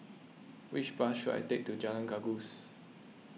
which bus should I take to Jalan Gajus